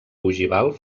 ogival